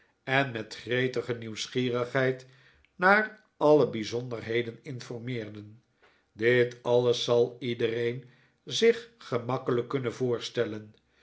en met gretige nieuwsgierigheid naar alle bijzonderheden informeerden dit alles zal iedereen zich gemakkelijk kunnen voorstellen